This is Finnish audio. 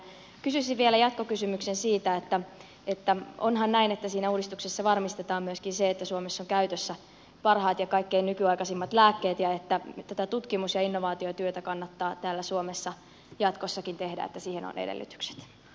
kysyisin vielä jatkokysymyksen siitä että onhan näin että siinä uudistuksessa varmistetaan myöskin se että suomessa on käytössä parhaat ja kaikkein nykyaikaisimmat lääkkeet ja että tätä tutkimus ja innovaatiotyötä kannattaa täällä suomessa jatkossakin tehdä että siihen on edellytykset